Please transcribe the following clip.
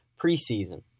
preseason